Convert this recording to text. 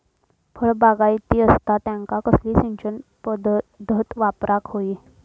फळबागायती असता त्यांका कसली सिंचन पदधत वापराक होई?